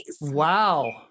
Wow